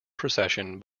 procession